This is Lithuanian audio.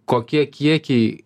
kokie kiekiai